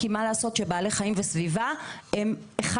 כי מה לעשות שבעלי חיים וסביבה הם אחד.